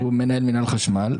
שהוא מנהל מינהל חשמל,